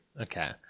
Okay